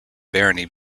barony